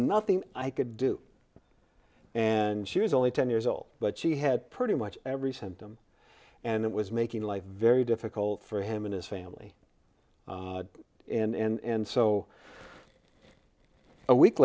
nothing i could do and she was only ten years old but she had pretty much every symptom and it was making life very difficult for him and his family and so a week